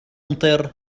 ممطر